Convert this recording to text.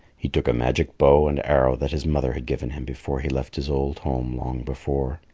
he took a magic bow and arrow that his mother had given him before he left his old home long before.